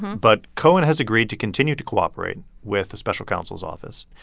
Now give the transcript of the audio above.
but cohen has agreed to continue to cooperate with the special counsel's office.